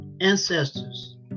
ancestors